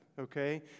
okay